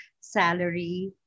salary